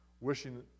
Wishing